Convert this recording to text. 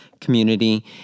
community